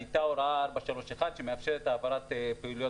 הייתה הוראה 431 שמאפשרת העברת פעילויות